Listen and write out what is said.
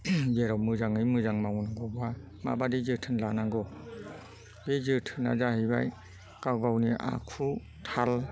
जेराव मोजाङै मोजां मावनांगौ बा माबायदि जोथोन लानांगौ बे जोथोनआ जाहैबाय गाव गावनि आखु थाल